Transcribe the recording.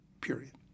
period